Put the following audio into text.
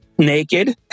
naked